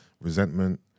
resentment